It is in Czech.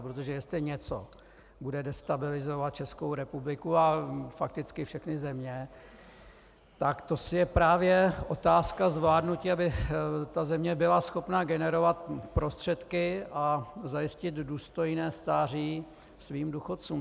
Protože jestli něco bude destabilizovat Českou republiku a fakticky všechny země, tak to je právě otázka zvládnutí, aby ta země byla schopna generovat prostředky a zajistit důstojné stáří svým důchodcům.